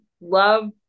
love